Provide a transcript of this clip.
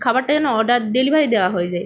খাবারটা যেন order delivery দেওয়া হয়ে যায়